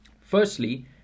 Firstly